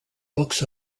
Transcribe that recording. books